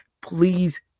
Please